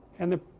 and the